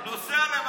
אתה המצאת.